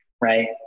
right